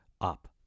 up